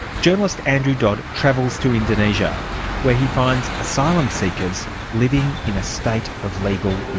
journalist andrew dodd travels to indonesia where he finds asylum seekers living in a state of legal